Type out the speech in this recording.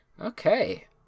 Okay